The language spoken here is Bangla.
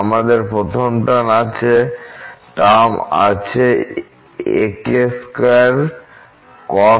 আমাদের প্রথম টার্ম আছে ak2 cos kx